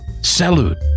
Salute